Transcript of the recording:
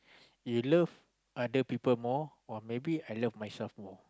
you love other people more or maybe I love myself more